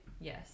Yes